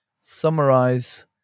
summarize